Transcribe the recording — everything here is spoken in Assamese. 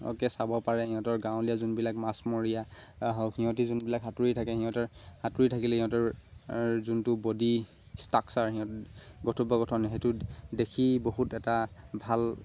চাব পাৰে সিহঁতৰ গাঁৱলীয়া যোনবিলাক মাছমৰীয়া হওক সিহঁতি যোনবিলাক সাঁতুৰি থাকে সিহঁতৰ সাঁতুৰি থাকিলে সিহঁতৰ যোনটো বডি ষ্ট্ৰাকচাৰ সিহঁতৰ গাৰ গঠন সেইটো দেখি বহুত এটা ভাল